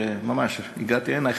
וממש הגעתי הנה,